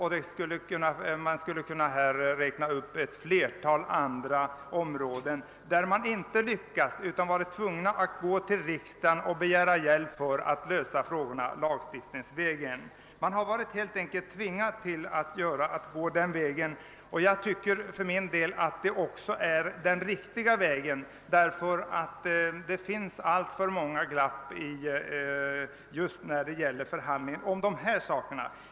Man skulle här kunna räkna upp ett flertal andra områden, beträffande vilka man inte lyckats nå resultat förhandlingsvägen utan varit tvungen att gå till riksdagen och begära hjälp för att lösa frågorna lagstiftningsvägen. Man har helt enkelt varit tvingad till att gå den vägen. Jag tycker för min del att det också är den riktiga vägen, därför att det finns alltför många glapp när det gäller förhandlingar om just sådana här saker.